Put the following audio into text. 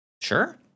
Sure